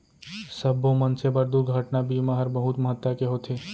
सब्बो मनसे बर दुरघटना बीमा हर बहुत महत्ता के होथे